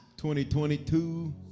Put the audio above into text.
2022